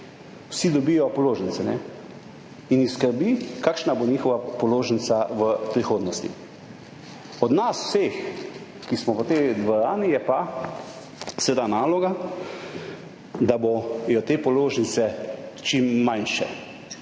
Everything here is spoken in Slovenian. vsi dobijo položnice in jih skrbi, kakšna bo njihova položnica v prihodnosti. Od nas vseh, ki smo v tej dvorani, je pa seveda naloga, da bodo te položnice čim manjše.